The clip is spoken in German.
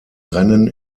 rennen